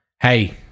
hey